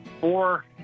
four